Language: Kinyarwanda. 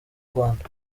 rwanda